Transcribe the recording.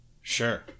Sure